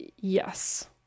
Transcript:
Yes